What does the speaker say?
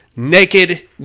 Naked